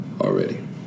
Already